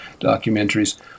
documentaries